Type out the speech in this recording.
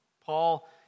Paul